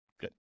Good